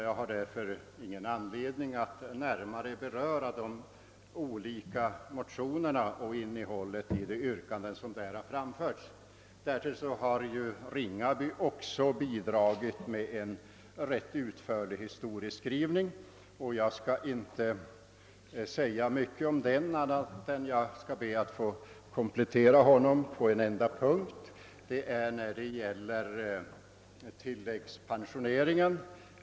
Jag har därför ingen anledning att närmare beröra de olika motionerna och innehållet i de yrkanden som där har framförts. Dessutom har herr Ringaby bidragit med en rätt utförlig historieskrivning. Om denna skall jag inte säga mycket annat än att jag ber att få komplettera honom på en enda punkt. Denna gäller tilläggspensioneringen.